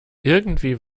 irgendwie